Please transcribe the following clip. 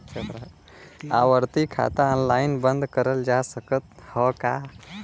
आवर्ती खाता ऑनलाइन बन्द करल जा सकत ह का?